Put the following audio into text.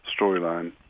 storyline